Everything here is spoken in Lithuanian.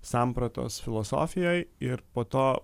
sampratos filosofijoj ir po to